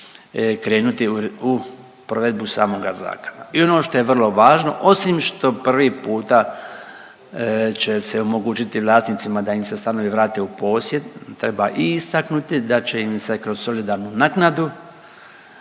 krenuti u provedbu samoga zakona. I ono što je vrlo važno osim što prvi puta će se omogućiti vlasnicima da im se stanovi vrate u posjed treba i istaknuti da će im se kroz solidarnu naknadu